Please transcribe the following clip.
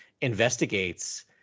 investigates